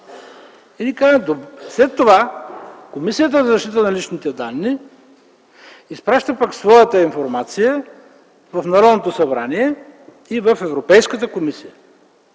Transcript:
данни. След това Комисията за защита на личните данни изпраща пък своята информация в Народното събрание и в Европейската комисия.